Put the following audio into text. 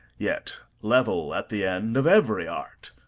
yet level at the end of every art,